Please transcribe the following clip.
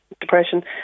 depression